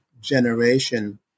generation